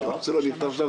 אתם כל הזמן על